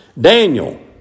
Daniel